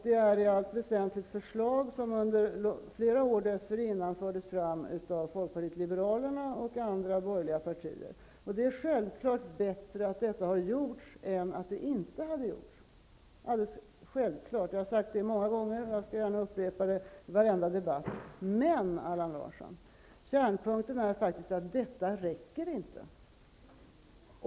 Det är i allt väsentligt förslag som under flera år dessförinnan fördes av fram av folkpartiet liberalerna och andra borgerliga parter. Det är självklart bättre att detta har gjorts än att det inte hade gjorts. Jag har sagt det många gånger, och jag skall gärna upprepa det i varenda debatt. Men, Allan Larsson, kärnpunkten är faktiskt att detta inte räcker.